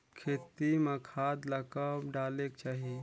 खेती म खाद ला कब डालेक चाही?